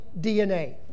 DNA